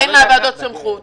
לוועדה הזאת יש סמכויות